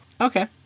Okay